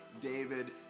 David